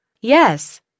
Yes